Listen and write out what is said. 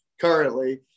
currently